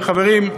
וחברים,